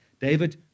David